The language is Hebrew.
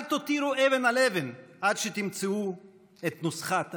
אל תותירו אבן על אבן עד שתמצאו את נוסחת הפתרון.